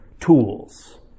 tools